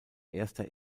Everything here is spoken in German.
erster